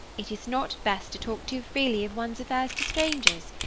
it is not best to talk too freely of one's affairs to strangers.